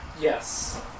Yes